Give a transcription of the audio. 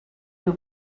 who